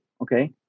Okay